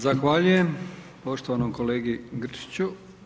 Zahvaljujem poštovanom kolegi Grčiću.